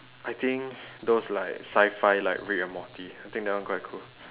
I think those like sci-fi Rick and Morty I think that one quite cool